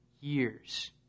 years